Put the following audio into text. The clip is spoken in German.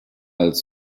als